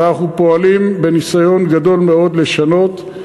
אבל אנחנו פועלים בניסיון גדול מאוד לשנות.